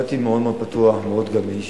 באתי מאוד פתוח, מאוד גמיש,